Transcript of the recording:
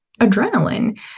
adrenaline